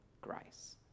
grace